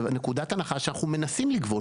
נקודת ההנחה היא שאנחנו מנסים לגבות.